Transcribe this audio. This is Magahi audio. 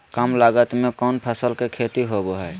काम लागत में कौन फसल के खेती होबो हाय?